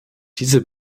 diese